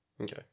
Okay